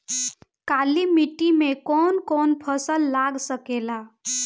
काली मिट्टी मे कौन कौन फसल लाग सकेला?